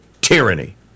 tyranny